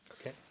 Okay